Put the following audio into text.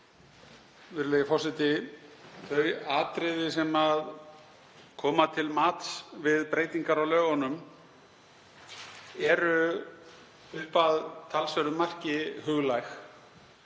Þau atriði sem koma til mats við breytingar á lögunum eru upp að talsverðu marki huglæg